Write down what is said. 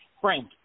Frank